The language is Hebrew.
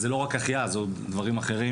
זה לא רק החייאה, אלא עוד דברים אחרים.